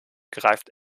greift